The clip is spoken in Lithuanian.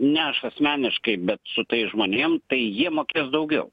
ne aš asmeniškai bet su tais žmonėm tai jie mokės daugiau